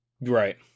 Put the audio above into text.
right